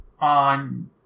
on